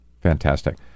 fantastic